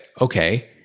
okay